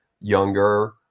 younger